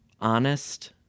honest